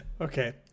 Okay